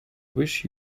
wish